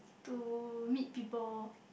to meet people